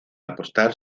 apostar